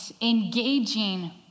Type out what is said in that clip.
engaging